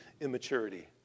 immaturity